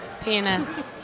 Penis